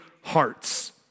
hearts